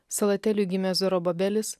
salateliui gimė zorobabelis